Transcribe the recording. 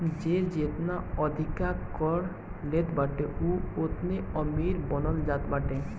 जे जेतना अधिका कर देत बाटे उ ओतने अमीर मानल जात बाटे